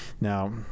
Now